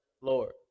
Lord